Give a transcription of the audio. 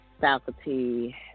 faculty